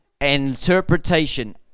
Interpretation